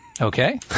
Okay